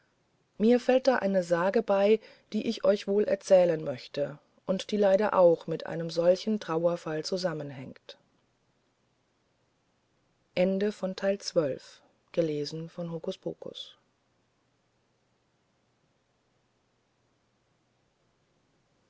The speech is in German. mir fällt da eine sage bei die ich euch wohl erzählen möchte und die leider mit einem solchen trauerfall zusammenhängt